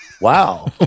wow